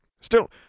Still